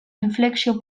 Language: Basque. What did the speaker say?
inflexio